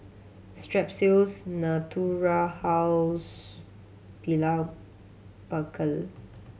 Strepsils Natura House Blephagel